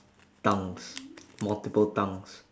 tongues multiple tongues